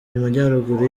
majyaruguru